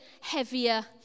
heavier